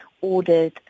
ordered